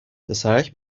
پسرک